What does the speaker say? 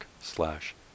slash